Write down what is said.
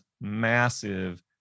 massive